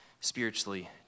spiritually